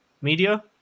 Media